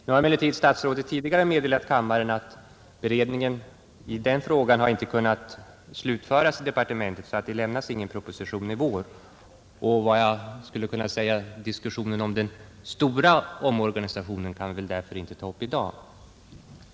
Nu har emellertid statsrådet tidigare meddelat kammaren att beredningen i denna fråga inte kunnat slutföras i departementet, och det kommer därför ingen proposition i vår. Diskussionen om den stora omorganisationen kan vi väl därför inte ta upp i dag.